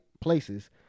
places